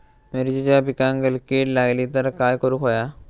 मिरचीच्या पिकांक कीड लागली तर काय करुक होया?